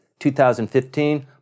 2015